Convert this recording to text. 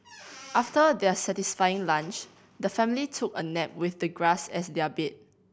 after their satisfying lunch the family took a nap with the grass as their bed